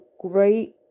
great